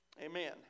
Amen